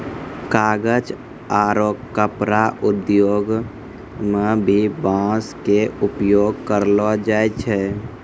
कागज आरो कपड़ा उद्योग मं भी बांस के उपयोग करलो जाय छै